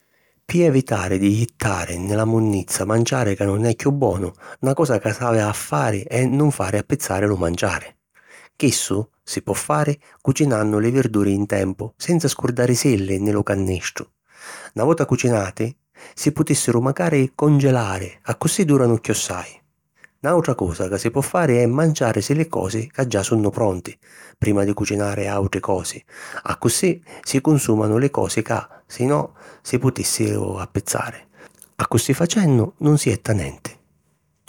Pi evitari di jittari nni la munnizza manciari ca nun è chiù bonu, na cosa ca s'havi a fari è nun fari appizzari lu manciari. Chissu si po fari cucinannu li virduri in tempu, senza scurdarisilli nni lu cannistru. Na vota cucinati, si putìssiru macari congelari accussì dùranu chiossai. Nàutra cosa ca si po fari è manciàrisi li cosi ca già sunnu pronti, prima di cucinari àutri cosi, accussì si cunsùmanu li cosi ca, si no, si putìssiru appizzari. Accussì facennu, nun si jetta nenti.